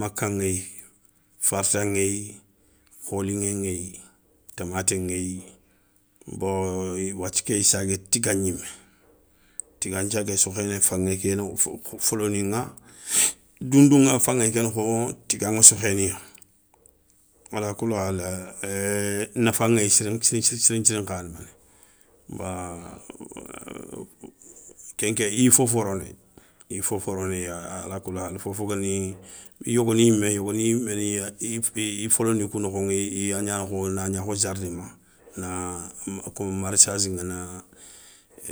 Maka ŋéyi farta ŋéyi kho liŋé ŋéyi, tamaté ŋéyi bon i wathia ké i sagué tiga gnimé, tiga nthiagué sokhéné faŋé ké foloniŋa doundou ŋa faŋé ké nokhoŋa tiga ŋa sokhéniya, alakoulihali ééé nafa ŋéyi siri nthiri nkhamé né, bon kénké i ya fofo ronéyi, i ya fofo ronéyi alakoulihalé fofo guéni, i yogoni yimé yogoni yimé i folonikou nokhoŋa i ya gnana kho nagna kho jardi ma na komo marassaguiŋa na